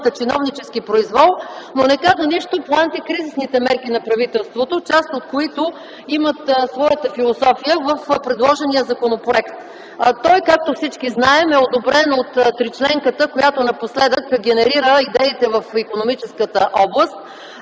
чиновнически произвол, но не каза нищо по антикризисните мерки на правителството, част от които имат своята философия в предложения законопроект. А той, както всички знаем, е одобрен от тричленката, която напоследък генерира идеите в икономическата област